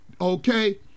Okay